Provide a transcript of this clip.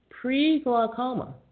Pre-glaucoma